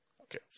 Okay